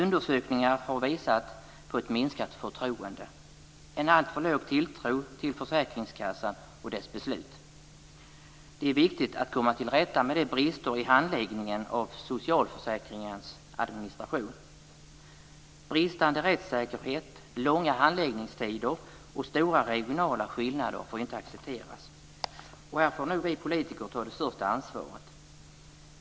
Undersökningar har visat på ett minskat förtroende - en alltför låg tilltro till försäkringskassan och dess beslut. Det är viktigt att komma till rätta med brister i administrationen av socialförsäkringen. Bristande rättssäkerhet, långa handläggningstider och stora regionala skillnader får inte accepteras. Här får nog vi politiker ta det största ansvaret.